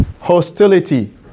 Hostility